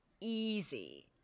easy